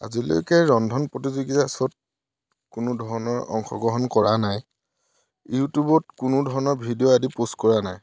আজিলৈকে ৰন্ধন প্ৰতিযোগিতা শ্ৱ'ত কোনোধৰণৰ অংশগ্ৰহণ কৰা নাই ইউটিউবত কোনো ধৰণৰ ভিডিঅ' আদি প'ষ্ট কৰা নাই